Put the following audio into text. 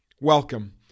Welcome